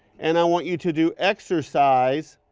and i want you to do exercise